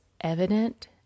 evident